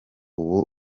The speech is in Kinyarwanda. uba